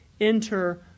enter